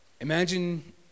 Imagine